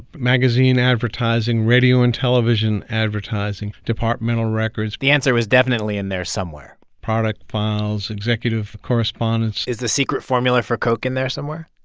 magazine advertising, radio and television advertising, departmental records. the answer was definitely in there somewhere product files, executive correspondence. is the secret formula for coke in there somewhere?